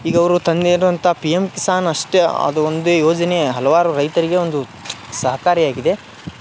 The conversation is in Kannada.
ಈಗ ಅವರು ತಂದಿರುವಂಥಾ ಪಿ ಎಮ್ ಕಿಸಾನ್ ಅಷ್ಟೇ ಅದು ಒಂದೇ ಯೊಜನೆಯ ಹಲವಾರು ರೈತರಿಗೆ ಒಂದು ಸಹಕಾರಿಯಾಗಿದೆ